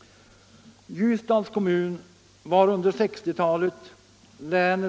som sysslar med